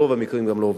ברוב המקרים לא עובדת.